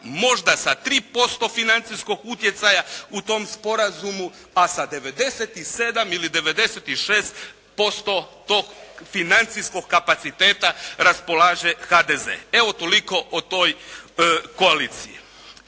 možda sa 3% financijskog utjecaja u tom sporazumu, a sa 97 ili 96% tog financijskog kapaciteta raspolaže HDZ. Evo toliko o toj koaliciji.